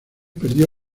perdió